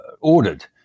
ordered